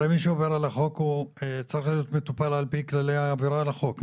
הרי מי שעובר על החוק צריך להיות מטופל על פי כללי העבירה על החוק,